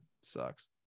sucks